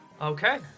Okay